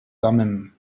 thummim